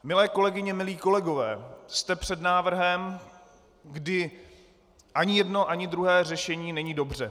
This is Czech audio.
Milé kolegyně, milí kolegové, jste před návrhem, kdy ani jedno ani druhé řešení není dobře.